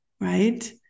right